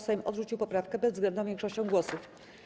Sejm odrzucił poprawkę bezwzględną większością głosów.